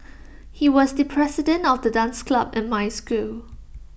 he was the president of the dance club in my school